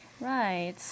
Right